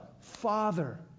Father